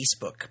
Facebook